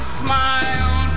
smile